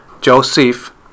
Joseph